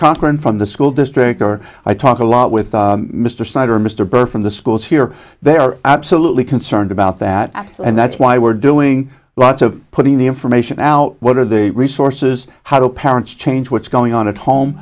conklin from the school district or i talk a lot with mr snyder mr burr from the schools here they are absolutely concerned about that apps and that's why we're doing lots of putting the information out what are the resources how do parents change what's going on at home